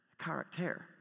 character